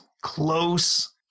close